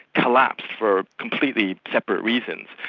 collapsed for completely separate reasons,